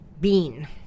bean